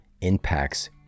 impacts